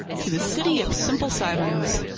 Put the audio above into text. to the city of simple simons.